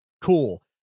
Cool